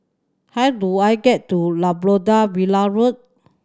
how do I get to Labrador Villa Road